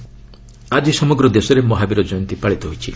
ମହାବୀର ଜୟନ୍ତୀ ଆଜି ସମଗ୍ର ଦେଶରେ ମହାବୀର ଜୟନ୍ତୀ ପାଳିତ ହୋଇଛି